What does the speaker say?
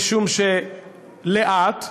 משום שלאט,